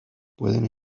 pueden